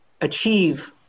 achieve